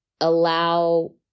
allow